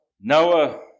Noah